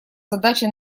задачи